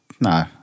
No